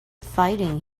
fighting